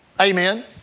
Amen